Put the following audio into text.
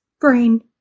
brain